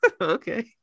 Okay